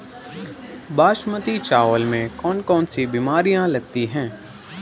बासमती चावल में कौन कौन सी बीमारियां लगती हैं?